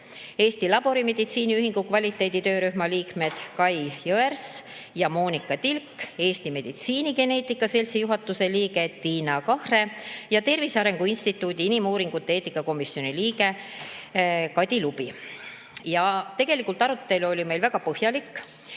Eesti Laborimeditsiini Ühingu kvaliteedi töörühma liikmed Kai Jõers ja Monica Tilk, Eesti Meditsiinigeneetika Seltsi juhatuse liige Tiina Kahre ning Tervise Arengu Instituudi inimuuringute eetikakomitee liige Kadi Lubi. Arutelu oli meil väga põhjalik.